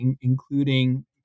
including